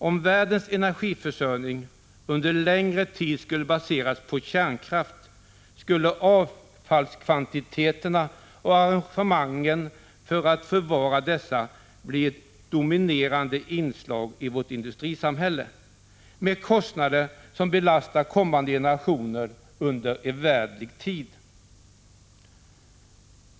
Om världens energiförsörjning under längre tid skulle baseras på kärnkraft skulle avfallskvantiteterna och arrangemangen för att förvara avfallet bli ett dominerande inslag i vårt industrisamhälle med kostnader som belastar kommande generationer under evärdlig tid.